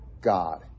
God